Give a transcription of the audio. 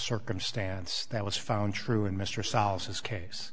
circumstance that was found true in mr solaces case